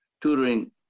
tutoring